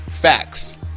Facts